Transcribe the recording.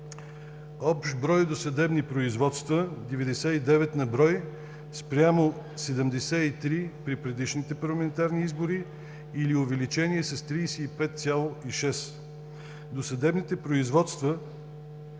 Общ брой досъдебни производства: 99 на брой спрямо 73 при предишните парламентарни избори, или увеличение с 35,6 на сто. Досъдебните производства